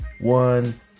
one